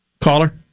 Caller